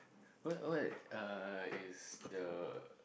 what what uh is the